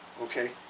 Okay